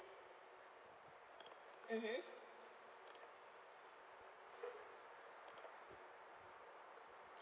mmhmm